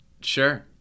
Sure